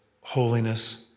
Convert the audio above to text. holiness